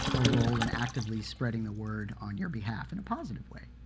a role in actively spreading the word on your behalf in a positive way.